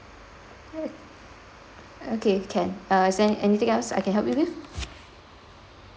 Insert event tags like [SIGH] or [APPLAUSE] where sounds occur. [NOISE] okay can uh is there anything else I can help you with